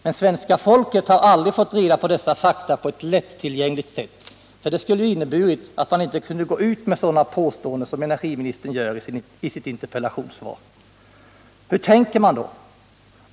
Men svenska folket har aldrig fått reda på dessa fakta på ett lättillgängligt sätt, för det skulle ju ha inneburit att man inte kunde gå ut med sådana påståenden som energiministern gör i sitt interpellationssvar. Hur tänker man då?